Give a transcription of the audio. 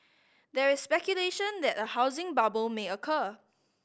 there is speculation that a housing bubble may occur